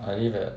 I live at